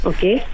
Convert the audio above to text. Okay